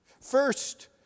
First